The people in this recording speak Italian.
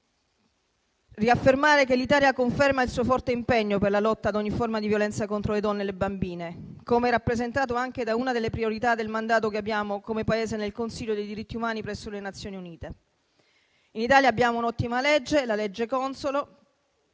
riaffermare che l'Italia conferma il suo forte impegno per la lotta contro ogni forma di violenza sulle donne e sulle bambine, come rappresentato anche da una delle priorità del mandato che abbiamo come Paese nel Consiglio dei diritti umani presso le Nazioni Unite. In Italia abbiamo un'ottima legge, la legge Consolo,